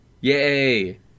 Yay